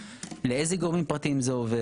ולמעשה איך מתבצע בעצם פיקוח.